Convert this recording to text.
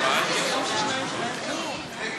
הצעת סיעת המחנה הציוני להביע